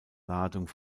ladung